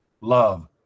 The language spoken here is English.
love